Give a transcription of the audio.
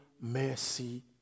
mercy